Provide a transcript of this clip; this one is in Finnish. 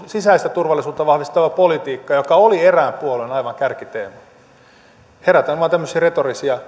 sisäistä turvallisuutta vahvistava politiikka joka oli erään puolueen aivan kärkiteemoja herätän vain tämmöisiä retorisia